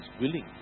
willing